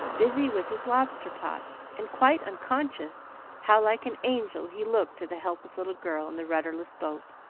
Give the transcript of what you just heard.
busy with his lobster-pots, and quite unconscious how like an angel he looked to the helpless little girl in the rudderless boat.